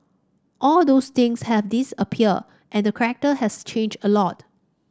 all those things have disappeared and the character has changed a lot